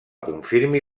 confirmi